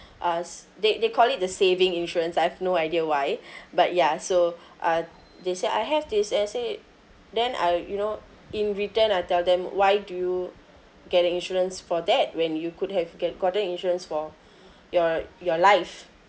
uh s~ they they call it the saving insurance I have no idea why but ya so uh they said I have this I said then I you know in return I tell them why do you get an insurance for that when you could have get gotten insurance for your your life